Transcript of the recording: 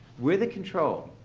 with a control,